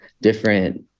different